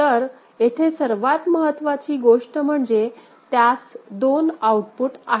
तर येथे सर्वात महत्त्वाची गोष्ट म्हणजे त्यास दोन आउटपुट आहेत